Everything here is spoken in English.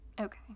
okay